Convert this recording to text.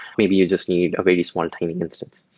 maybe you just need a very small tiny instance.